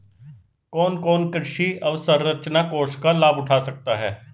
कौन कौन कृषि अवसरंचना कोष का लाभ उठा सकता है?